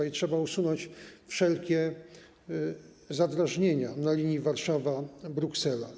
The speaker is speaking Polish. I trzeba usunąć wszelkie zadrażnienia na linii Warszawa - Bruksela.